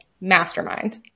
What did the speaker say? mastermind